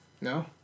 no